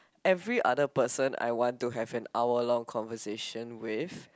every other person I want to have an hour long conversation with